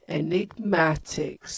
enigmatic